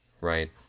Right